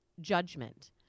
judgment